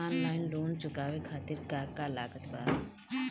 Online loan चुकावे खातिर का का लागत बा?